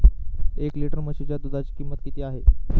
एक लिटर म्हशीच्या दुधाची किंमत किती आहे?